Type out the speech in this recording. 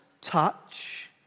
touch